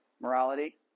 Morality